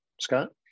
Scott